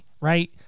right